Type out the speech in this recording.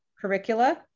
curricula